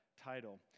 title